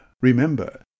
Remember